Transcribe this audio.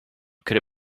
could